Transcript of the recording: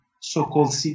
so-called